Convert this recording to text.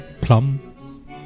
plum